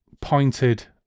pointed